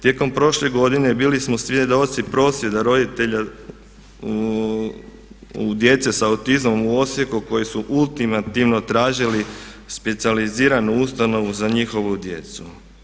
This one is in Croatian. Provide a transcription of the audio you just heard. Tijekom prošle godine bili smo svjedoci prosvjeda roditelja djece sa autizmom u Osijeku koji su ultimativno tražili specijaliziranu ustanovu za njihovu djecu.